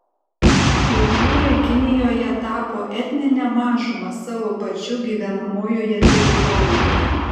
uigūrai kinijoje tapo etnine mažuma savo pačių gyvenamoje teritorijoje